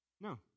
No